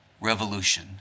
revolution